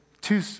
two